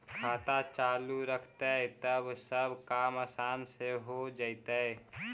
खाता चालु रहतैय तब सब काम आसान से हो जैतैय?